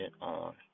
on